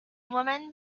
woman